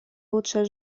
лучшая